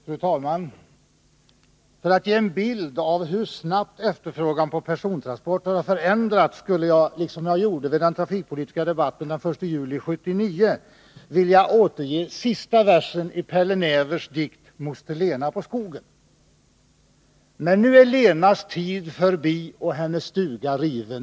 Fru talman! För att ge en bild av hur snabbt efterfrågan på persontransporter har förändrats skulle jag — liksom jag gjorde vid den trafikpolitiska debatten den 1 juli 1979 — vilja återge sista versen i Pälle Nävers dikt ”Moster Lena på Skogen”: ”Men nu är Lenas tid förbi och hennes stuga riven .